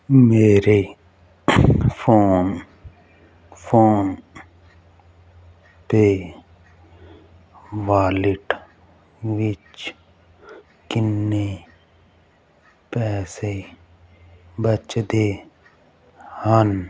ਮੇਰੇ phone PhonePe wallet ਵਿੱਚ ਕਿੰਨੇ ਪੈਸੇ ਬੱਚਦੇ ਹਨ